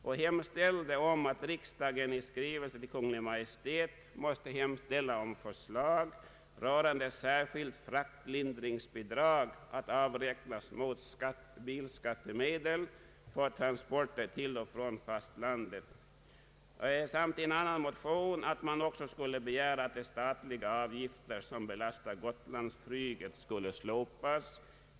Vi yrkade att riksdagen i skrivelse till Kungl. Maj:t måtte hemställa om förslag rörande särskilt fraktlindringsbidrag att avräknas mot bilskattemedel för transporter till och från fastlandet. Vi hemställde i en annan motion att de statliga avgifter som belastar Gotlandsflyget skulle slopas.